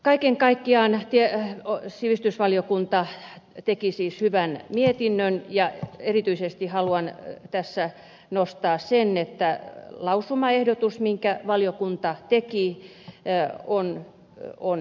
kaiken kaikkiaan sivistysvaliokunta teki siis hyvän mietinnön ja erityisesti haluan tässä nostaa esiin sen että lausumaehdotus minkä valiokunta teki on hyvä